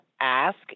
ask